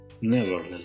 Nevertheless